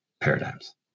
paradigms